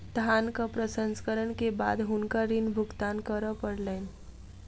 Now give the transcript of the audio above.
धानक प्रसंस्करण के बाद हुनका ऋण भुगतान करअ पड़लैन